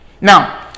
Now